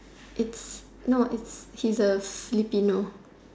it's no it's she's a Filipino